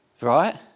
right